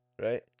Right